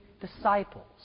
disciples